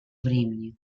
времени